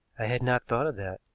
i had not thought of that.